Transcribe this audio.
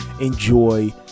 enjoy